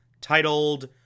titled